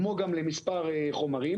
כמו גם למספר חומרים.